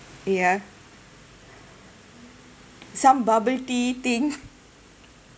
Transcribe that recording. ya some bubble tea thing